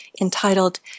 entitled